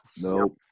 Nope